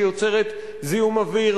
שיוצרת זיהום אוויר,